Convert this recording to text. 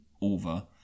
over